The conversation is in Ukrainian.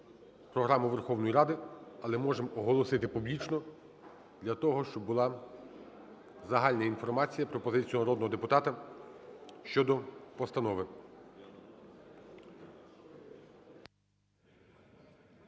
програму Верховної Ради, але можемо оголосити публічно для того, щоб була загальна інформація про позицію народного депутата щодо постанови.